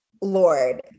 Lord